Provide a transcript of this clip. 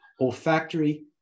olfactory